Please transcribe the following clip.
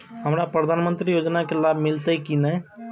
हमरा प्रधानमंत्री योजना के लाभ मिलते की ने?